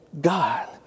God